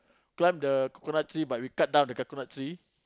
plant the coconut tree but we cut down the coconut tree